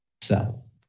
sell